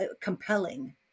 compelling